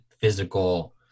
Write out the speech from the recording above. physical